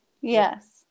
Yes